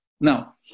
Now